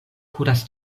kuras